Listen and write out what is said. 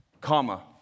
comma